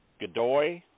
Godoy